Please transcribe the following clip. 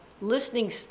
listening